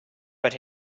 but